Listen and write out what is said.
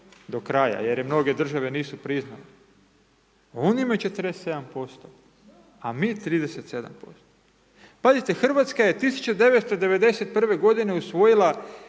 do kraja, jer ju mnoge države nisu priznale, one imaju 47%. A mi 37%. Pazite Hrvatska je 1991. g. usvojila